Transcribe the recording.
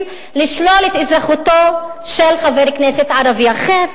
לשלול את אזרחותו של חבר כנסת ערבי אחר?